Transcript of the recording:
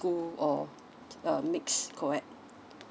school or uh mixed coed